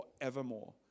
forevermore